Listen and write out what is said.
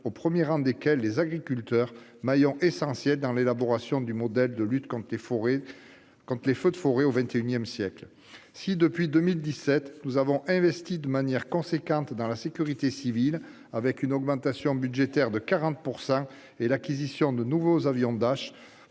au premier rang desquels les agriculteurs, maillons essentiels dans l'élaboration du modèle de lutte contre les feux de forêt au XXI siècle. Si, depuis 2017, nous avons investi de manière importante dans la sécurité civile, avec une augmentation budgétaire de 40 % et l'acquisition de nouveaux avions Dash,